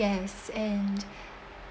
yes and